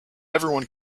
everyone